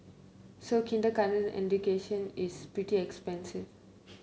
so kindergarten education is pretty expensive